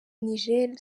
nigel